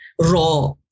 raw